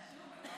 חשוב.